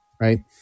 right